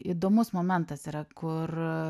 įdomus momentas yra kur